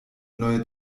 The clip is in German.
neue